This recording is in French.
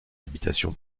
habitation